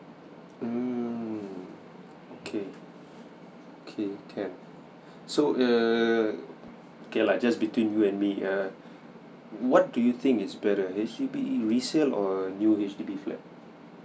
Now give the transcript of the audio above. mm okay okay can so err okay lah just between you and me err what do you think is better H_D_B resale or a new H_D_B flat